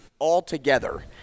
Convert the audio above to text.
altogether